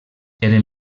eren